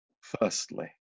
Firstly